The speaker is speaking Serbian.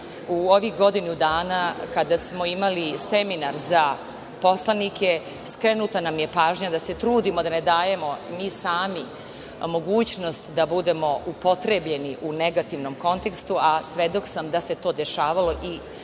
u ovih godinu dana kada smo imali seminar za poslanike, gde nam je skrenuta pažnja da se trudimo da ne dajemo mi sami mogućnost da budemo upotrebljeni u negativnom kontekstu, a svedok sam da se to dešavalo i